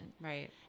Right